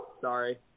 Sorry